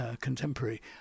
contemporary